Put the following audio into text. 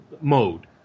mode